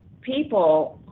people